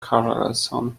carlson